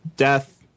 Death